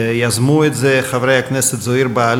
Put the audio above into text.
הצעות מס' 1085,